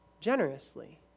generously